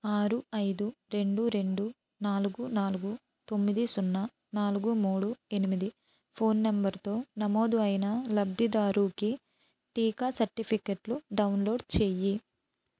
ఆరు ఐదు రెండు రెండు నాలుగు నాలుగు తొమ్మిది సున్నా నాలుగు మూడు ఎనిమిది ఫోన్ నెంబర్తో నమోదు అయిన లబ్ధిదారుకి టీకా సర్టిఫికెట్లు డౌన్లోడ్ చెయ్యి